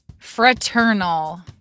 Fraternal